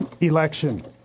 election